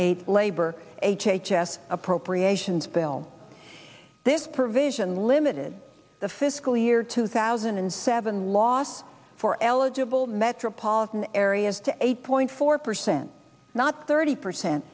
eight labor h h s appropriations bill this provision limited the fiscal year two thousand and seven loss for eligible metropolitan areas to eight point four percent not thirty percent